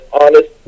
honest